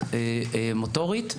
נכות מוטורית,